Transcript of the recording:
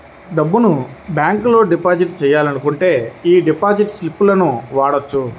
డబ్బును బ్యేంకులో డిపాజిట్ చెయ్యాలనుకుంటే యీ డిపాజిట్ స్లిపులను వాడొచ్చు